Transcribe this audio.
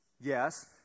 yes